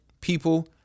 people